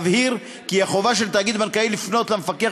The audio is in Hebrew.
אבהיר כי החובה של תאגיד בנקאי לפנות למפקח